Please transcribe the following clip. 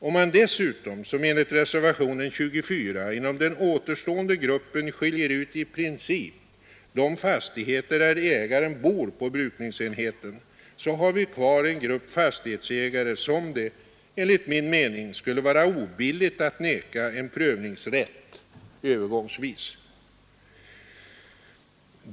Om man dessutom, som enligt reservationen 24, inom den återstående gruppen skiljer ut i princip de fastigheter där ägaren bor på brukningsenheten har vi kvar en grupp fastighetsägare som det enligt min mening skulle vara obilligt att neka en prövningsrätt övergångsvis.